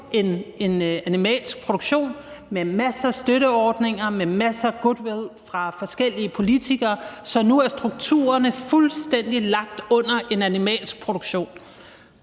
en animalsk produktion med masser af støtteordninger, med masser af goodwill fra forskellige politikere, så strukturerne nu er lagt fuldstændig under en animalsk produktion.